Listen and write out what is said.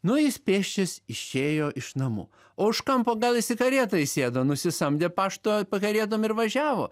nu jis pėsčias išėjo iš namų o už kampo gal jis į karietą įsėdo nusisamdė pašto karietom ir važiavo